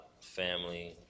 family